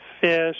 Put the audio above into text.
fish